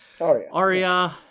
Arya